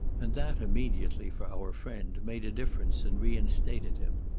and that immediately, for our friend, made a difference and reinstated him.